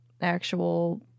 actual